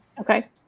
okay